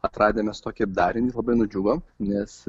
atradę mes tokį darinį labai nudžiugom nes